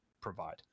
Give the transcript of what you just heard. provide